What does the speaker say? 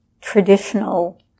traditional